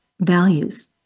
values